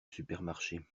supermarché